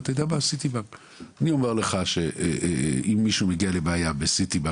אני אומר לך שאם מישהו שמגיע לבעיה ב-city bank